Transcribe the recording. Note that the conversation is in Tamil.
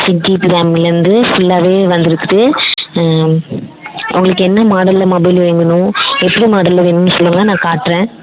சிக்ஸ் ஜிபி ரேம்லேர்ந்து ஃபுல்லாகவே வந்துருக்குது உங்களுக்கு என்ன மாடலில் மொபைல் வேணும் எப்படி மாடலில் வேணும்ன்னு சொல்லுங்கள் நான் காட்டுறேன்